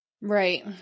Right